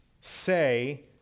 say